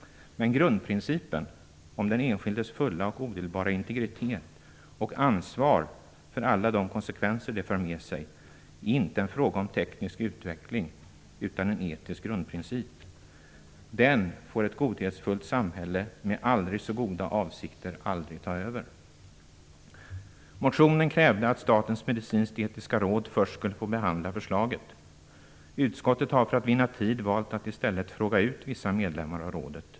Men grundprincipen, om den enskildes fulla och odelbara integritet och ansvar för alla konsekvenser det för med sig, är inte en fråga om teknisk utveckling utan en etisk grundprincip. Den får ett godhetsfullt samhälle med aldrig så goda avsikter aldrig ta över. I motionen krävs att statens medicinsk-etiska råd först skulle få behandla förslaget. Utskottet har, för att vinna tid, valt att i stället fråga ut vissa medlemmar av rådet.